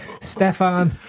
Stefan